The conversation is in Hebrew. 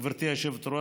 גברתי היושבת-ראש,